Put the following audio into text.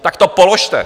Tak to položte.